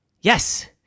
Yes